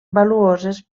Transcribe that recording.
valuoses